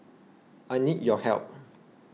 I need your help